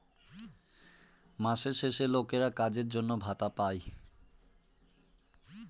মাসের শেষে লোকেরা কাজের জন্য ভাতা পাই